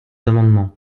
amendements